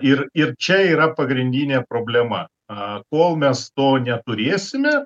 ir ir čia yra pagrindinė problema a kol mes to neturėsime